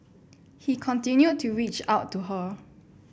he continued to reach out to her